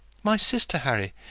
my sister, harry!